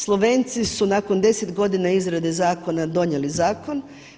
Slovenci su nakon 10 godina izrade zakona donijeli zakon.